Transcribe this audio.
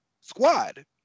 squad